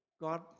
God